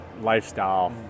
lifestyle